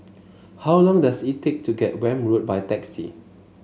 how long does it take to get Welm Road by taxi